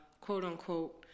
quote-unquote